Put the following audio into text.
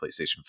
playstation